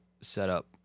setup